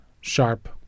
sharp